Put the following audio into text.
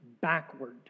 backward